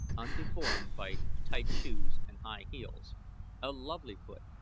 undeformed by tight shoes and high heels a lovely foot,